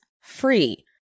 free